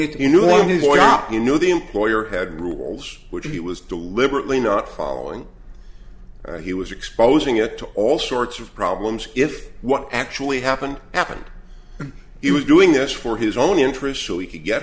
not you know the employer had rules which he was deliberately not following he was exposing it to all sorts of problems if what actually happened happened he was doing this for his own interest so he could get